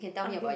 okay